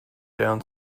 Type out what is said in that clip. down